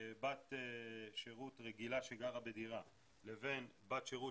בת שירות רגילה שגרה בדירה לבין בת שירות